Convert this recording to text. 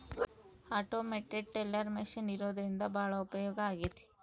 automated teller machine ಇರೋದ್ರಿಂದ ಭಾಳ ಉಪಯೋಗ ಆಗೈತೆ